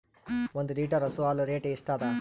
ಒಂದ್ ಲೀಟರ್ ಹಸು ಹಾಲ್ ರೇಟ್ ಎಷ್ಟ ಅದ?